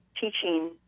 teaching